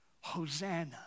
Hosanna